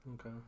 Okay